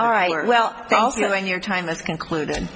all right well you know when your time is concluded